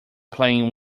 playing